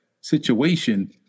situation